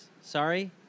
Sorry